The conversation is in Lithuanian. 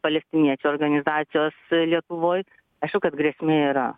palestiniečių organizacijos lietuvoj aišku kad grėsmė yra